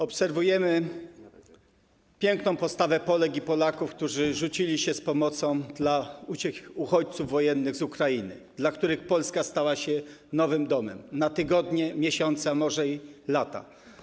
Obserwujemy piękną postawę Polek i Polaków, którzy rzucili się z pomocą dla uchodźców wojennych z Ukrainy, dla których Polska stała się nowym domem na tygodnie, miesiące, a może i lata.